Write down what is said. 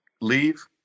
leave